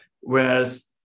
whereas